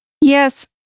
Yes